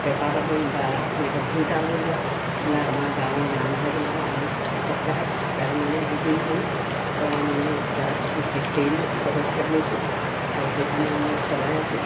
পেঁপা বাদন বা এনেকৈ ভোৰতাল বজোৱা এইবিলাক আমাৰ গাঁৱৰ নামঘৰবিলাকত আমি সপ্তাহত প্ৰায় মানে দুদিনমান কৰা মানে এটা বিশেষ হেৰি লৈছোঁ পদক্ষেপ লৈছোঁ আৰু সেইধৰণে আমি চলাই আছোঁ